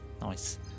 Nice